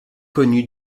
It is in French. connu